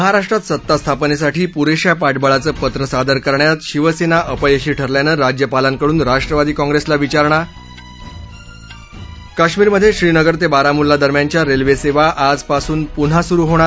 महाराष्ट्रात सत्तास्थापनेसाठी पुरेशा पाठबळाचं पत्र सादर करण्यात शिवसेना अपयशी ठरल्यानं राज्यपालांकडून राष्ट्रवादी काँग्रेसला विचारणा कश्मीरमध्ये श्रीनगर ते बारामुल्ला दरम्यानच्या रेल्वे सेवा आजपासून पुन्हा सुरू होणार